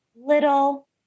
little